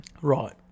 right